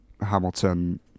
Hamilton